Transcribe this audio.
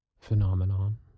phenomenon